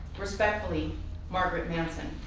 respectfully margaret manson,